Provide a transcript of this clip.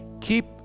Keep